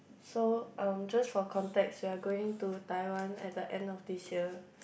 so um just for context we're going to Taiwan at the end of this year